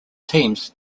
teams